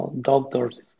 doctors